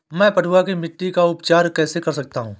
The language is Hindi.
मैं पडुआ की मिट्टी का उपचार कैसे कर सकता हूँ?